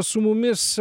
su mumis